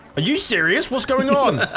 are you serious what's going on?